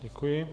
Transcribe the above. Děkuji.